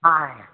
ହଁ ଆଜ୍ଞା